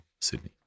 Sydney